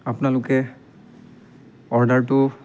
আপোনালোকে অৰ্ডাৰটো